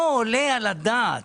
לא עולה על הדעת